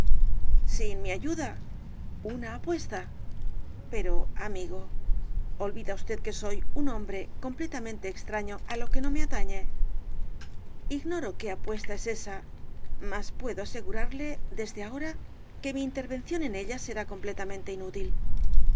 sin mi ayuda una apuesta pero mi amigo olvida usted que soy un hombre completamente extraño á lo que no me atañe ignoro qué apuesta es ésa mas puedo asegurarle desde ahora que mi intervención en ella será completamente inútil